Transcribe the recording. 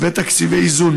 ותקציבי איזון,